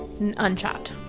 unchopped